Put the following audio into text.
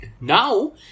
Now